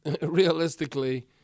realistically